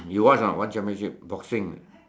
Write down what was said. you watch or not one championship boxing